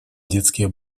детские